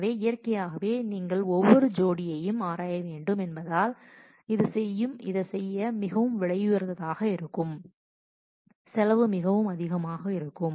எனவே இயற்கையாகவே நீங்கள் ஒவ்வொரு ஜோடியையும் ஆராய வேண்டும் என்பதால் இது செய்ய மிகவும் விலை உயர்ந்ததாக இருக்கும் செலவு மிகவும் அதிகமாக இருக்கலாம்